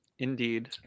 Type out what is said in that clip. Indeed